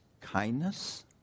kindness